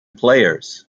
players